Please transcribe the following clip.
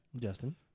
Justin